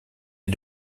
est